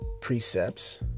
precepts